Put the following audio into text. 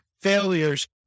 failures